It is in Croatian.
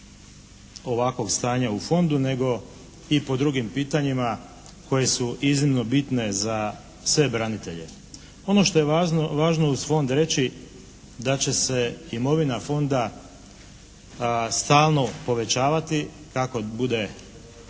ovakvog stanja u fondu nego i po drugim pitanjima koje su iznimno bitne za sve branitelje. Ono što je važno uz fond reći da će se imovina fonda stalno povećavati kako bude